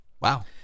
Wow